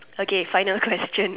okay final question